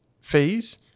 fees